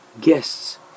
guests